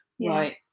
right